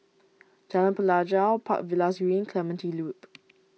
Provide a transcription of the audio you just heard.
Jalan Pelajau Park Villas Green Clementi Loop